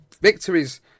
Victories